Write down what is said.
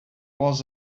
was